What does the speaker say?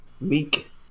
Meek